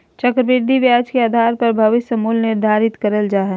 चक्रविधि ब्याज के आधार पर भविष्य मूल्य निर्धारित करल जा हय